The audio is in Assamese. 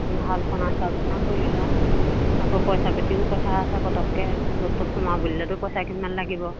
আলোচনা চালোচনা কৰি লওঁ আকৌ পইচা পাতিও কথা আছে পটককে গোটত সোমাওঁ বুলিলেতো পইচা কিমান লাগিব